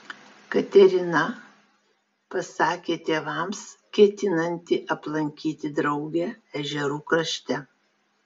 katerina pasakė tėvams ketinanti aplankyti draugę ežerų krašte